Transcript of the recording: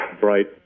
bright